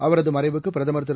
அவரதுமறைவுக்குபிரதமா் திரு